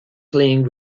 playing